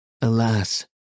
Alas